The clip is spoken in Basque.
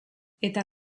eta